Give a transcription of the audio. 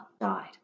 died